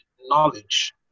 knowledge